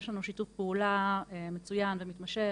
יש לנו שיתוף פעולה מצוין ומתמשך,